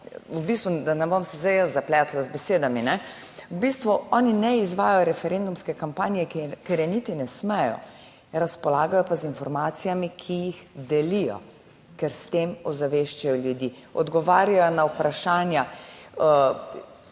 da ne bom se zdaj jaz zapletla z besedami, v bistvu oni ne izvajajo referendumske kampanje, ker je niti ne smejo, razpolagajo pa z informacijami, ki jih delijo, ker s tem ozaveščajo ljudi, odgovarjajo na vprašanja.